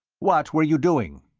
what were you doing?